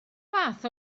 fath